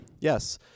Yes